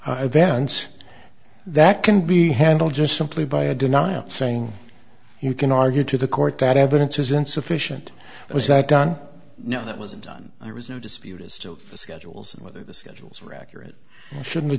dance that can be handled just simply by a denial saying you can argue to the court that evidence is insufficient it was that done no that wasn't done i was no dispute is still schedules and whether the schedules were accurate should